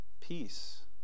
Peace